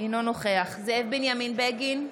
אינו נוכח זאב בנימין בגין,